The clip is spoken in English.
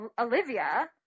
Olivia